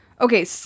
okay